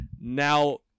now